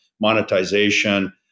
monetization